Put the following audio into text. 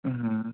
হুম